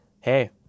hey